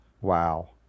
Wow